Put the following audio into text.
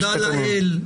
תודה לאל.